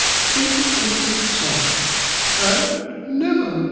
sinking into the chair and never,